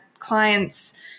clients